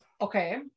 okay